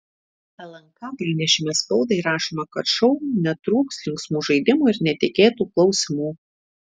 lnk pranešime spaudai rašoma kad šou netrūks linksmų žaidimų ir netikėtų klausimų